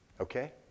Okay